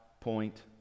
point